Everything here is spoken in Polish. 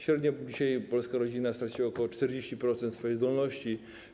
Średnio dzisiaj polska rodzina straciła ok. 40% swojej zdolności.